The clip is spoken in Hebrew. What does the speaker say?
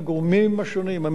הממשלתיים ויחידות הסמך,